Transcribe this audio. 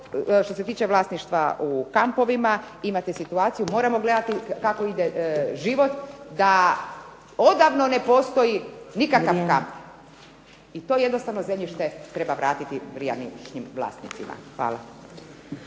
što se tiče vlasništva u kampovima imate situaciju, moramo gledati kako ide život, da odavno ne postoji nikakav kamp i to jednostavno zemljište treba vratiti prijašnjim vlasnicima. Hvala.